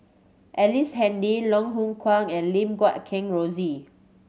Ellice Handy Loh Hoong Kwan and Lim Guat Kheng Rosie